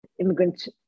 immigrants